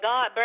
God